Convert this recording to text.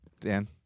Dan